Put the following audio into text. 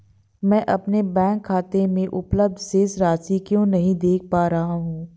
मैं अपने बैंक खाते में उपलब्ध शेष राशि क्यो नहीं देख पा रहा हूँ?